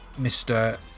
Mr